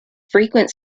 frequent